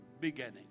beginning